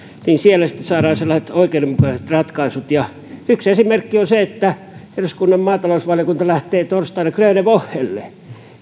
niin siellä sitten saadaan sellaiset oikeudenmukaiset ratkaisut yksi esimerkki on se että eduskunnan maatalousvaliokunta lähtee torstaina grune wochelle